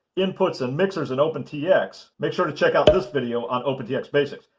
inputs, and mixers and opentx, make sure to check out this video on opentx basics.